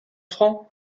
francs